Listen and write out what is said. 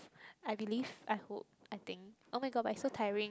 I believe I hope I think oh-my-god but it's so tiring